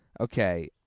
Okay